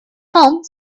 home